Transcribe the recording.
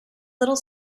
little